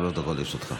בבקשה, שלוש דקות לרשותך.